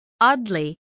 Oddly